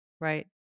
Right